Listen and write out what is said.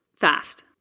fast